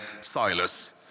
Silas